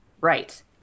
Right